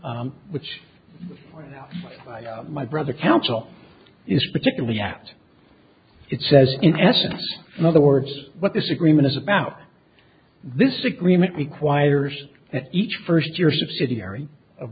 which my brother council is particularly as it says in essence in other words what this agreement is about this agreement requires that each first year subsidiary of